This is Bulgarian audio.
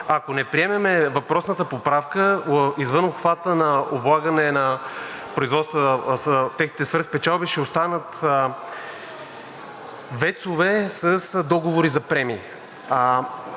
ако не приемем въпросната поправка, извън обхвата на облагане на техните свръхпечалби ще останат ВЕЦ-ове с договори за премии.